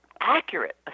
accurate